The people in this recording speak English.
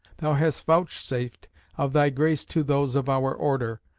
thou hast vouchsafed of thy grace to those of our order,